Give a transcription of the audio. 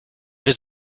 been